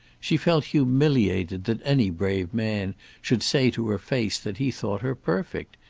she felt humiliated that any brave man should say to her face that he thought her perfect!